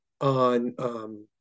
on